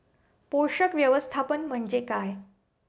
पोषक व्यवस्थापन म्हणजे काय?